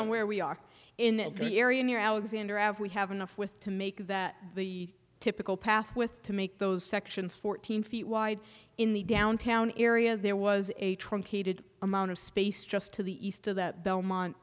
on where we are in the area near alexander average have enough with to make that the typical path with to make those sections fourteen feet wide in the downtown area there was a truncated amount of space just to the east of the belmont